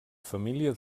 família